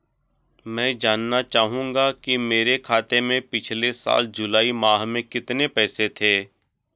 मैं जानना चाहूंगा कि मेरे खाते में पिछले साल जुलाई माह में कितने पैसे थे?